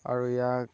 আৰু ইয়াক